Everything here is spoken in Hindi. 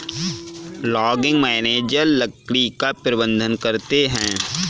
लॉगिंग मैनेजर लकड़ी का प्रबंधन करते है